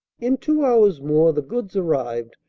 in two hours more the goods arrived,